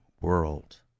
world